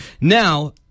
Now